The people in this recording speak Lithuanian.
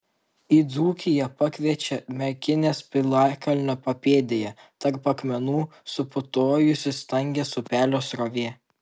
į dzūkiją pakviečia merkinės piliakalnio papėdėje tarp akmenų suputojusi stangės upelio srovė